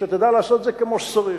שתדע לעשות את זה כמו שצריך.